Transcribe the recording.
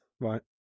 Right